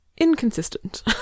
inconsistent